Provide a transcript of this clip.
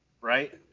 right